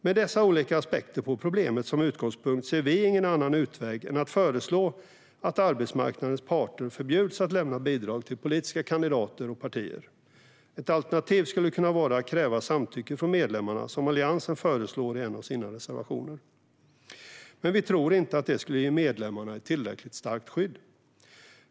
Med dessa olika aspekter på problemet som utgångspunkt ser vi ingen annan utväg än att föreslå att arbetsmarknadens parter förbjuds att lämna bidrag till politiska kandidater och partier. Ett alternativ skulle kunna vara att kräva samtycke från medlemmarna, som Alliansen föreslår i en av sina reservationer, men vi tror inte att det skulle ge medlemmarna ett tillräckligt starkt skydd.